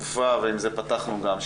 עם זה פתחנו גם,